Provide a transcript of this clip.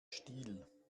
stil